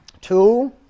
two